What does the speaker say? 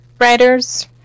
writers